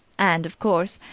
and, of course,